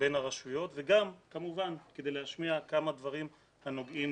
בין הרשויות וגם כמובן כדי להשמיע כמה דברים הנוגעים